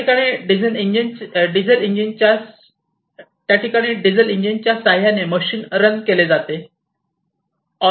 त्या ठिकाणी डिझेल इंजिनच्या साह्याने मशीन रन केले जाते